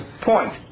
point